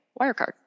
Wirecard